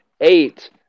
eight